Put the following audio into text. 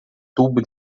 tubo